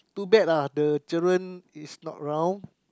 too bad lah the children is not around